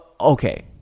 Okay